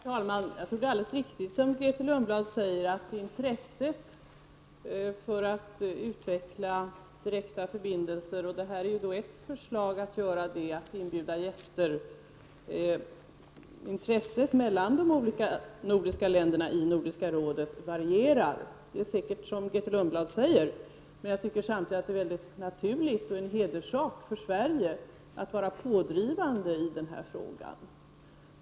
Herr talman! Det är alldeles riktigt som Grethe Lundblad säger, att intresset för att utveckla direkta förbindelser genom att inbjuda gäster varierar mellan de olika länderna i Nordiska rådet. Det är säkert som Grethe Lundblad säger. Samtidigt tycker jag att det är naturligt och en hederssak för Sverige att vara pådrivande i denna fråga.